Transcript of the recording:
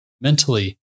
mentally